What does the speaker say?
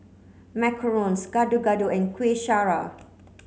Macarons Gado Gado and Kueh Syara